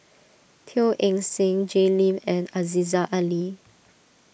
Teo Eng Seng Jay Lim and Aziza Ali